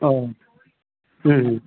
ஓ ம் ம்